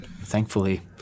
thankfully